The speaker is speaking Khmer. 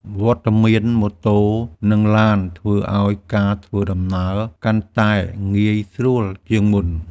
វត្តមានម៉ូតូ និងឡាន ធ្វើឱ្យការធ្វើដំណើរកាន់តែងាយស្រួលជាងមុន។